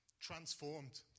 transformed